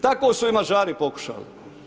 Tako su i Mađari pokušali.